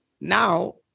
Now